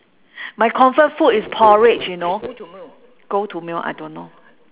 my comfort food is porridge you know go to meal I don't know